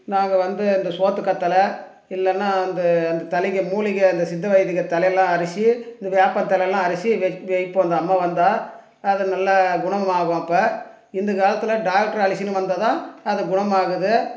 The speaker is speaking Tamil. நாங்கள் வந்து அந்த சோற்றுக் கற்றால இல்லைன்னா அந்த அந்த தழைக மூலிகை அந்த சித்த வைதீக தழையெல்லாம் அரைச்சி இந்த வேப்பந்தலையெல்லாம் அரைச்சி வெ வைப்போம் அந்த அம்மை வந்தால் அது நல்ல குணமாகும் அப்போ இந்த காலத்தில் டாக்டரை அழைச்சின்னு வந்தால் தான் அது குணமாகுது